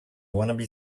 wannabe